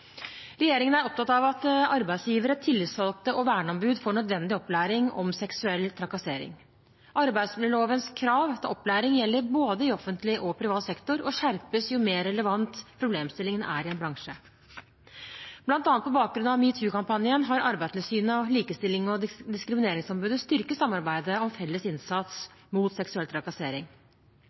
Regjeringen er opptatt av at arbeidsgivere, tillitsvalgte og verneombud får nødvendig opplæring om seksuell trakassering. Arbeidsmiljølovens krav til opplæring gjelder både i offentlig og i privat sektor og skjerpes jo mer relevant problemstillingen er i en bransje. Blant annet på bakgrunn av metoo-kampanjen har Arbeidstilsynet og Likestillings- og diskrimineringsombudet styrket samarbeidet om felles innsats mot seksuell trakassering.